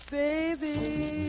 baby